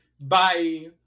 bye